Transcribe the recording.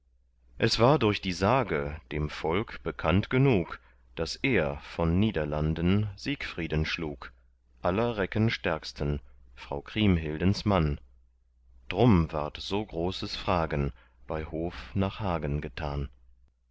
es war durch die sage dem volk bekannt genug daß er von niederlanden siegfrieden schlug aller recken stärksten frau kriemhildens mann drum ward so großes fragen bei hof nach hagen getan